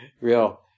real